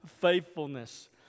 faithfulness